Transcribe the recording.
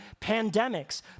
pandemics